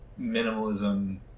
minimalism